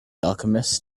alchemist